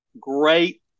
great